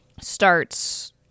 starts